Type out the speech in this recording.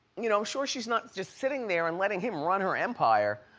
you know sure she's not just sitting there and letting him run her empire.